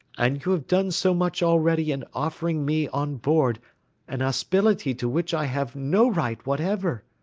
and you have done so much already in offering me on board an hospitality to which i have no right whatever